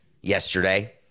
yesterday